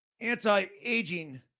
anti-aging